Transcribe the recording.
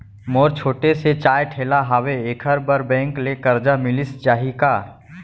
मोर छोटे से चाय ठेला हावे एखर बर बैंक ले करजा मिलिस जाही का?